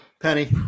Penny